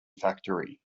factory